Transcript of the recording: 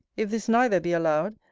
if this, neither, be allowed,